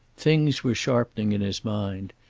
things were sharpening in his mind.